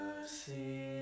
mercy